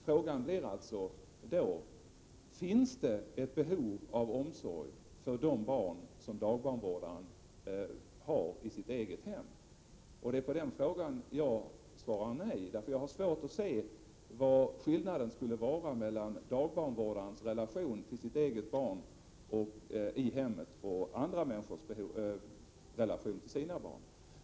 Frågan blir alltså: Finns det ett behov av omsorg för dagbarnvårdarens barn i det egna hemmet? Det är på den frågan jag svarar nej. Jag har svårt att se vad skillnaden skulle vara mellan dagbarnvårdarens relation till sitt eget barn i hemmet och andra människors relationer till sina barn.